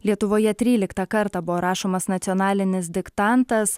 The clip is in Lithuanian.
lietuvoje tryliktą kartą buvo rašomas nacionalinis diktantas